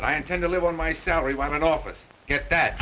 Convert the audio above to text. and i intend to live on my salary while in office get that